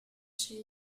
she